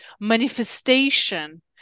manifestation